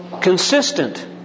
consistent